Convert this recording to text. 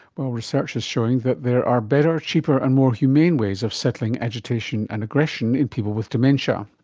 while research is showing that there are better, cheaper and more humane ways of settling agitation and aggression in people with dementia.